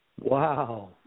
Wow